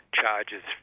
charges